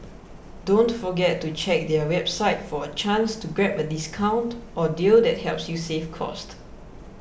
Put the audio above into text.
don't forget to check their website for a chance to grab a discount or deal that helps you save cost